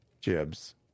Jibs